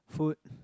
food